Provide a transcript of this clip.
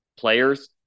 players